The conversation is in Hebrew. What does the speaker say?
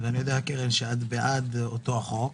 קרן, אני יודע שאת בעד אותו חוק,